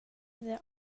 their